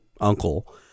uncle